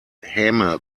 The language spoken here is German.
häme